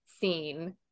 seen